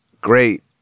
great